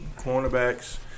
cornerbacks